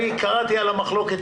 שם קראתי על המחלוקת